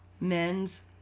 men's